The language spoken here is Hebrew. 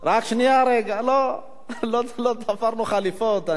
התחלתם לתפור חליפות?